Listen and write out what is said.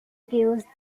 gives